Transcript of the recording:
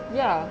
ya